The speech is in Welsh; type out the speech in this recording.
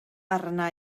arna